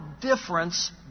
difference